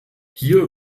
hier